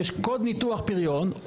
יש קוד ניתוח פריון,